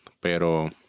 pero